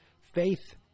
faith